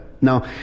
Now